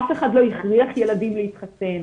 אף אחד לא הכריח ילדים להתחסן,